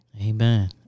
Amen